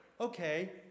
Okay